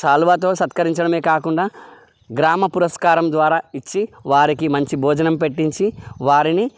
శాలువాతో సత్కరించడమే కాకుండా గ్రామ పురస్కారం ద్వారా ఇచ్చి వారికి మంచి భోజనం పెట్టించి వారిని